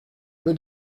peu